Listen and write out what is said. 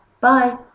bye